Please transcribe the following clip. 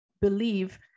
believe